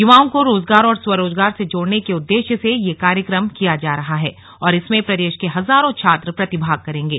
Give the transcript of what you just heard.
युवाओं को रोजगार और स्वरोजगार से जोड़ने के उद्देश्य से यह कार्यक्रम किया जा रहा है और इसमें प्रदेश के हजारों छात्र प्रतिभाग करेंगे